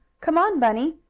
come on, bunny.